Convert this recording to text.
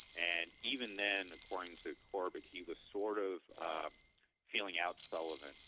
and even then according to corbett he was sort of feeling out sullivan.